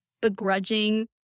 begrudging